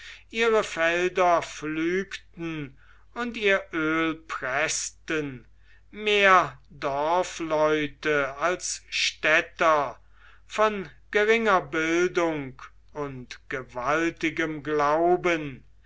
ihre felder pflügten und ihr öl preßten mehr dorfleute als städter von geringer bildung und gewaltigem glauben